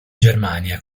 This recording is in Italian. germania